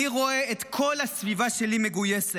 אני רואה את כל הסביבה שלי מגויסת.